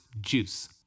Juice